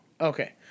okay